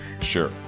sure